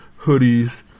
hoodies